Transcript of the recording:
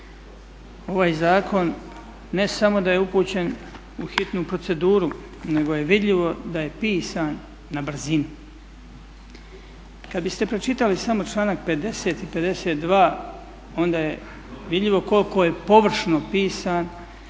ovaj zakon ne samo da je upućen u hitnu proceduru nego je vidljivo da je pisan na brzinu. Kad biste pročitali samo članak 50. i 52. onda je vidljivo koliko je površno pisan,